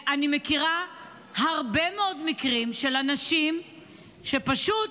אני מכירה הרבה מאוד מקרים של אנשים שפשוט,